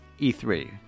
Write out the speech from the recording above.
E3